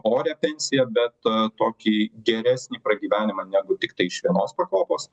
orią pensiją bet tokį geresnį pragyvenimą negu tiktai iš vienos pakopos